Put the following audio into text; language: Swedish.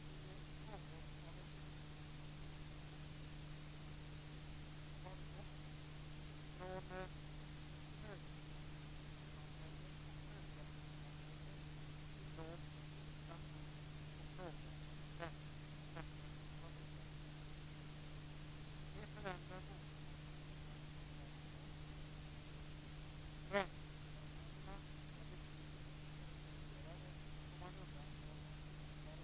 Från centerpartiets sida har vi föreslagit en övergång till schablonintäkt mot vilken avdrag får göras. Det gör det möjligt att jämställa de skilda besittningsformerna och skapa neutralitet samtidigt som dubbelbeskattningen av hyresrätten upphör. Dessutom vill vi ha en permanentning av ROT-avdragen. Det tredje viktiga åtgärden, fru talman, är att införa ett premierat bosparande. Det var Ulf Björklund inne på. Vi står nu i något av en brytningstid inom bostadspolitiken. Vi har gått från ett höginflationssamhälle och högräntesamhälle till låg inflation och låga räntor. Centerpartiet har medverkat till det.